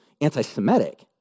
anti-Semitic